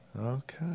Okay